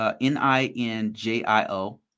N-I-N-J-I-O